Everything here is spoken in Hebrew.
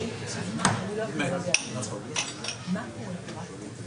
קודם כל, הפניה לפקודת הסמים.